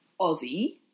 aussie